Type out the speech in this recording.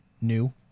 new